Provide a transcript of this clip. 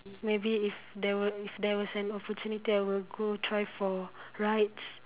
maybe if there were there was an opportunity I will go try for rides